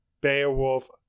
Beowulf